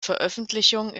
veröffentlichungen